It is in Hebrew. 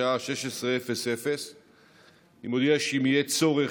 בשעה 16:00. אני מודיע שאם יהיה צורך,